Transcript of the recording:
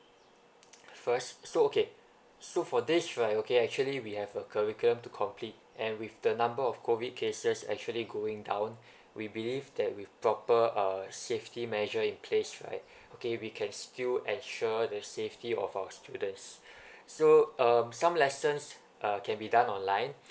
first so okay so for this right okay actually we have a curriculum to complete and with the number of COVID cases actually going down we believe that with proper uh safety measure in place right okay we can still ensure the safety of our students so um some lessons uh can be done online